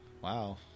Wow